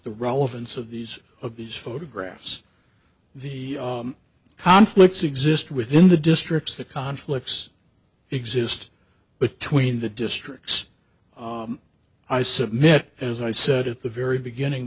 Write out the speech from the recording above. the relevance of these of these photographs the conflicts exist within the districts the conflicts exist between the districts i submit as i said at the very beginning